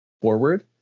forward